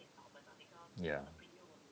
ya